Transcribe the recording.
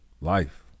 Life